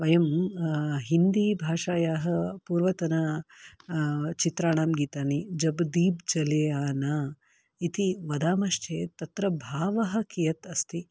वयं हिन्दीभाषायाः पूर्वतन चित्राणां गीतानि जब् दीप् जले आना इति वदामश्चेत् तत्र भावः कियत् अस्ति